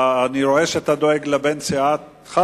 אני רואה שאתה דואג לבן סיעתך.